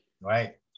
Right